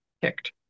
kicked